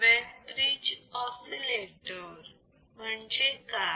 Wien bridge oscillator म्हणजे काय